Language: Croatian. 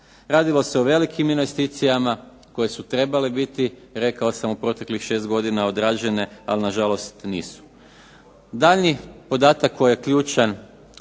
Radilo se o velikim investicijama koje su trebale biti rekao sam u proteklih 6 godina odrađene, ali na žalost nisu. Daljnji podatak koji je ključan